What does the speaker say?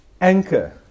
Anchor